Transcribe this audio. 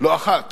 אחת